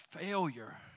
failure